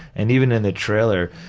and even in the trailer,